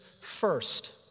first